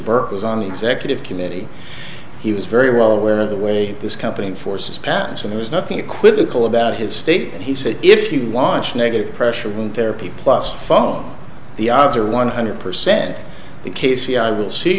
burke was on the executive committee he was very well aware of the way this company forces patents and was nothing equivocal about his state he said if you launch negative pressure with therapy plus phone the odds are one hundred percent the k c i will see